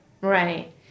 Right